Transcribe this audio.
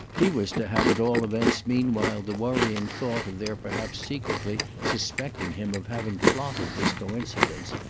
he was to have at all events meanwhile the worrying thought of their perhaps secretly suspecting him of having plotted this coincidence,